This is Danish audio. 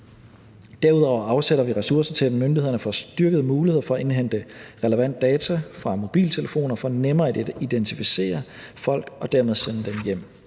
Derudover afsætter vi ressourcer til, at myndighederne får styrkede muligheder for at indhente relevante data fra mobiltelefoner – for nemmere at identificere folk og dermed sende dem hjem.